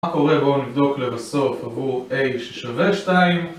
מה קורה בואו נבדוק לבסוף עבור A ששווה 2